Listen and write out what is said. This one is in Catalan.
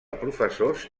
professors